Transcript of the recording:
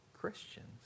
Christians